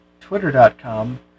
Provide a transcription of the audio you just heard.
twitter.com